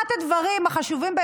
אחד הדברים החשובים,